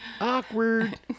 Awkward